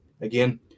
again